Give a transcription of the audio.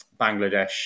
Bangladesh